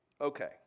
okay